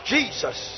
Jesus